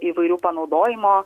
įvairių panaudojimo